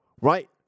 Right